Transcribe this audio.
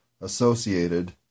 associated